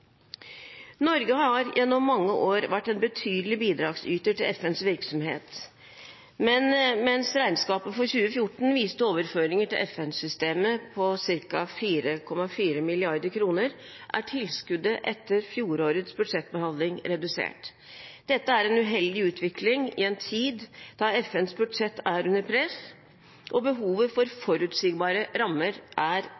Norge har gjennom mange år vært en betydelig bidragsyter til FNs virksomhet, men mens regnskapet for 2014 viste overføringer til FN-systemet på ca. 4,4 mrd. kr, er tilskuddet etter fjorårets budsjettbehandling redusert. Dette er en uheldig utvikling i en tid da FNs budsjett er under press og behovet for forutsigbare rammer er